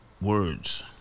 words